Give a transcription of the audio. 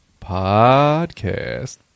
Podcast